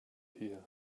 here